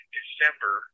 December